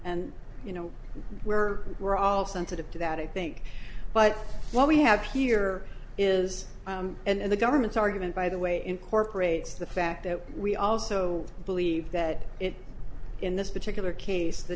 you know we're we're all sensitive to that it think but what we have here is and the government's argument by the way incorporates the fact that we also believe that in this particular case the